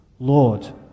Lord